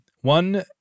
one